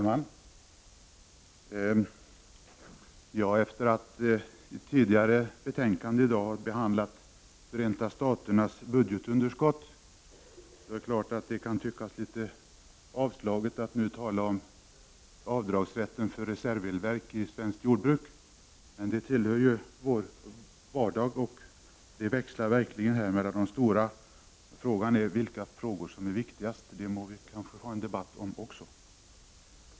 Fru talman! Efter att i tidigare betänkande i dag ha behandlat Förenta Staternas budgetunderskott kan man naturligtvis tycka att det är litet avslaget att tala om avdragsrätten för reservelverk i svenskt jordbruk. Men det tillhör ju vår vardag; här växlar det verkligen mellan större och mindre frågor. Frågan är vilka ärenden som är viktigast — det må vi kanske också ha en debatt om.